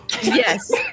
yes